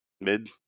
mid